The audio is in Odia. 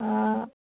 ହଁ